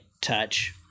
Touch